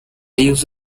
use